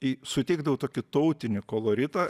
į suteikdavau tokį tautinį koloritą